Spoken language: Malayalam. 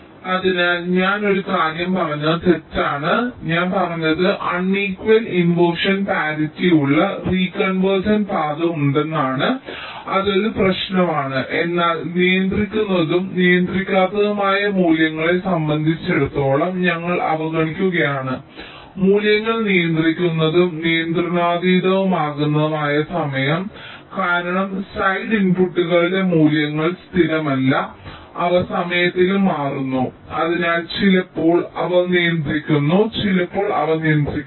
അതിനാൽ ഞാൻ ഒരു കാര്യം പറഞ്ഞത് തെറ്റാണ് ഞാൻ പറഞ്ഞത് അണീക്വൽ ഇൻവെർഷൻ പരിറ്റിയുള്ള റീകൺവെർജിന്റ പാത ഉണ്ടെന്നാണ് അത് ഒരു പ്രശ്നമാണ് എന്നാൽ നിയന്ത്രിക്കുന്നതും നിയന്ത്രിക്കാത്തതുമായ മൂല്യങ്ങളെ സംബന്ധിച്ചിടത്തോളം ഞങ്ങൾ അവഗണിക്കുകയാണ് മൂല്യങ്ങൾ നിയന്ത്രിക്കുന്നതും നിയന്ത്രണാതീതമാകുന്നതുമായ സമയം കാരണം സൈഡ് ഇൻപുട്ടുകളുടെ മൂല്യങ്ങൾ സ്ഥിരമല്ല അവ സമയത്തിലും മാറുന്നു അതിനാൽ ചിലപ്പോൾ അവർ നിയന്ത്രിക്കുന്നു ചിലപ്പോൾ അവ നിയന്ത്രിക്കില്ല